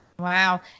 Wow